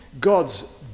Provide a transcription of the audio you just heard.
God's